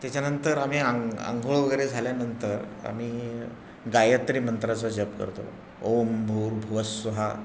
त्याच्यानंतर आम्ही आंग आंघोळ वगैरे झाल्यानंतर आम्ही गायत्री मंत्राचा जप करतो ॐ भूर्भुवः स्वः